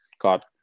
got